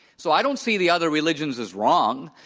so i don't see the other religions as wrong.